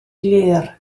glir